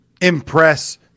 impress